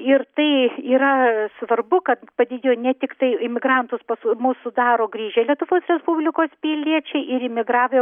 ir tai yra svarbu kad padidėjo ne tiktai imigrantus pas mus sudaro grįžę lietuvos respublikos piliečiai ir imigravę